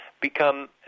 become